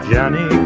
Johnny